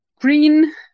green